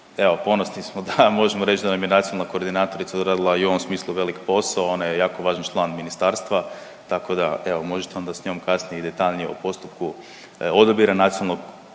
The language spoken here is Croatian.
evo, ponosni smo da možemo reći da nam je nacionalna koordinatorica odradila i u ovom smislu velik posao, ona je jako važan član ministarstva, tako da, evo, možete onda s njom kasnije i detaljnije o postupku odabira nacionalne